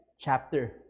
chapter